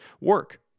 Work